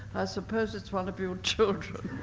i suppose it's one of you children.